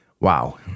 Wow